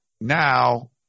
now